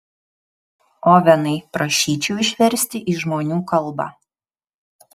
ovenai prašyčiau išversti į žmonių kalbą